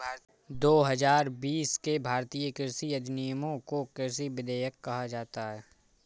दो हजार बीस के भारतीय कृषि अधिनियमों को कृषि विधेयक कहा जाता है